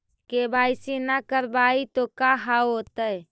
KYC न करवाई तो का हाओतै?